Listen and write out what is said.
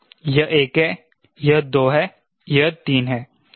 यह 1 है यह 2 है और यह 3 है